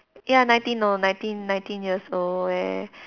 ya nineteen lor nineteen nineteen years old